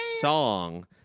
song